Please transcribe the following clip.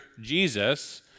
Jesus